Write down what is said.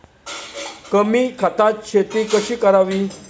कमी खतात शेती कशी करावी?